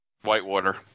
Whitewater